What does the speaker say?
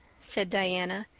said diana.